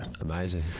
amazing